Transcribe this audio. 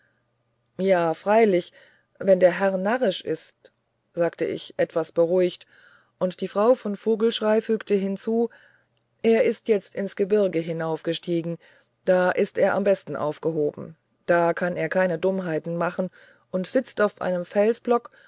ja freilich wenn der herr narrisch ist sagte ich etwas beruhigt und die frau von vogelschrey fügte hinzu er ist jetzt ins gebirge hinaufgestiegen da ist er am besten aufgehoben da kann er keine dummheiten machen und sitzt auf einem felsblock